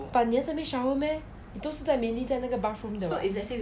but 你要在那边 shower meh 你都是在 mainly 在那个 bathroom 的 [what]